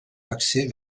axée